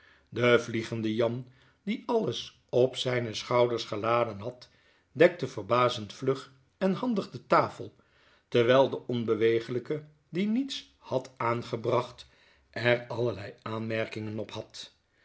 de vliegende jan die alles op zijne schouders geladen had dekte verbazend vlug en handig de tafel terwijl de onbewegelijke die niets had aangebracht er allerlei aanmerkingen op had